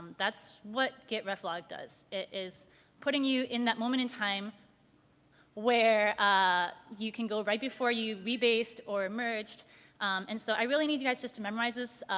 that's what git reflog does. it is putting you in that moment in time where ah you can go right before you rebased or emerged and so i really need you guys just to memorize this.